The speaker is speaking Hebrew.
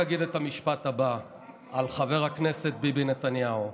אני רק אגיד את המשפט הבא על חבר הכנסת ביבי נתניהו,